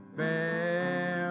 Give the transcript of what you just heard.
bear